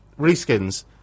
reskins